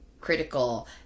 critical